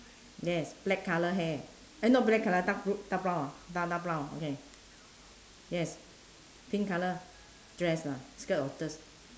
yes black colour hair eh not black colour dark blue dark brown ah dar~ dark brown okay yes pink colour dress ah skirt or dr~